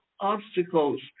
obstacles